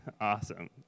Awesome